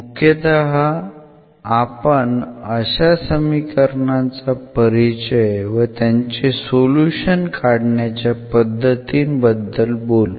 मुख्यतः आपण अशा समीकरणांचा परिचय व त्यांचे सोल्युशन काढण्याच्या पद्धती बद्दल बोलू